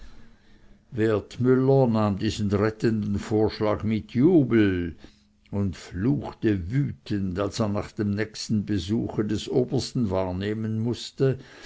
wertmüller vernahm diesen rettenden vorschlag mit jubel und fluchte wütend als er nach dem nächsten besuche des obersten wahrnehmen mußte